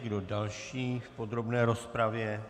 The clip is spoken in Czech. Kdo další v podrobné rozpravě?